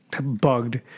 bugged